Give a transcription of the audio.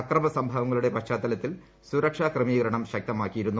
ആക്രമ സംഭവങ്ങളുടെ പശ്ചാത്തലത്തിൽ സുരക്ഷ ക്രമീകരണം ശക്തമാക്കിയിരുന്നു